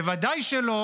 בוודאי שלא